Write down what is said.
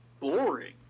boring